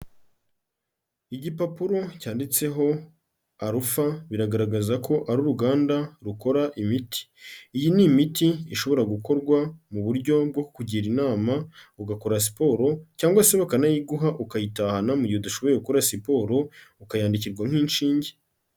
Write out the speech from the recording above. Igipapuro cyanditseho Alpha biragaragaza ko ari uruganda rukora imiti, iyi ni imiti ishobora gukorwa mu buryo bwo kukugira inama ugakora siporo cyangwa se bakanayiguha ukayitahana mu gihe udashoboye gukora siporo, ukayandikirwa nk'inshinge.